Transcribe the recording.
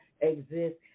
exist